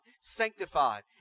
sanctified